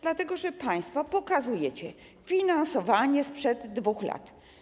Dlatego, że państwo pokazujecie finansowanie sprzed 2 lat.